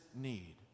need